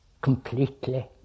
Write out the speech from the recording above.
completely